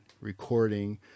recording